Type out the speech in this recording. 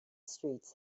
streets